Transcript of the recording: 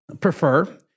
prefer